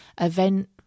event